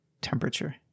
temperature